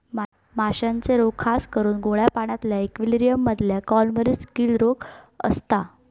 माश्यांचे रोग खासकरून गोड्या पाण्यातल्या इक्वेरियम मधल्या कॉलमरीस, गील रोग असता